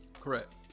correct